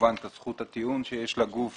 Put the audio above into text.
כמובן את זכות הטיעון שיש לגוף